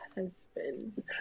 husband